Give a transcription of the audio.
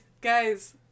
guys